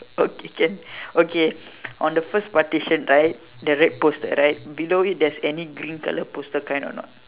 okay can okay on the first partition right the red poster right below it there's any green colour poster kind or not